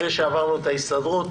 אחרי שעברנו את ההסתדרות,